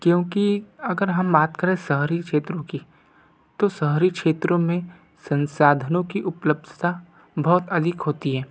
क्योंकि अगर हम बात करें शहरी क्षेत्रों की तो शहरी क्षेत्रों मे संसाधनों की उपलब्धता बहुत अधिक होती है